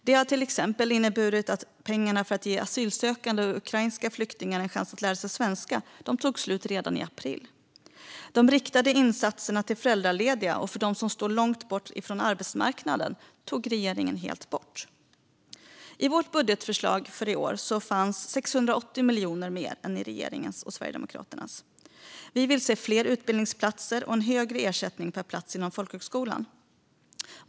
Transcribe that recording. Det har till exempel inneburit att pengarna för att ge asylsökande och ukrainska flyktingar en chans att lära sig svenska tog slut redan i april. De riktade insatserna till föräldralediga och för dem som står långt ifrån arbetsmarknaden tog regeringen helt bort. I vårt budgetförslag för i år fanns 680 miljoner mer än i regeringens och Sverigedemokraternas. Vi vill se fler utbildningsplatser och en högre ersättning per plats inom folkhögskolan.